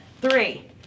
Three